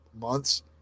months